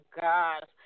God